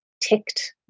ticked